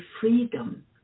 freedom